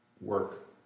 work